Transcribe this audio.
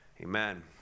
Amen